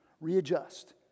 readjust